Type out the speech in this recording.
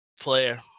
player